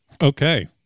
Okay